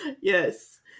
yes